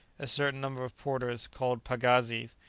a certain number of porters, called pagazis,